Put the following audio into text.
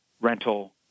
rental